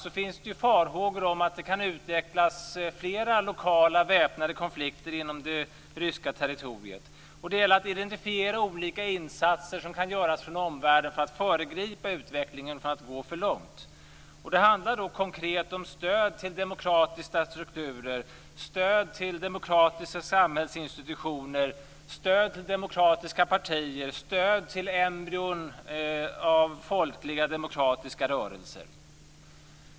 Det finns farhågor om att flera lokala väpnade konflikter kan utvecklas inom det ryska territoriet. Det gäller att identifiera olika insatser som kan göras från omvärlden för att föregripa att utvecklingen går för långt. Konkret handlar det då om stöd till demokratiska strukturer, om stöd till demokratiska samhällsinstitutioner, om stöd till demokratiska partier och om stöd till embryon av folkliga demokratiska rörelser.